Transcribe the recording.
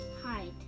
Hide